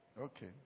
okay